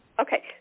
Okay